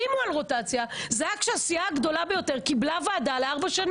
היו כמה שבועות של דיונים ובסוף הוגשה הצעה.